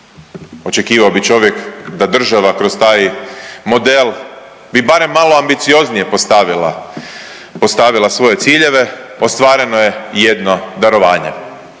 očekivao bi čovjek da država kroz taj model bi barem malo ambicioznije postavila, postavila svoje ciljeve, ostvareno je jedno darovanje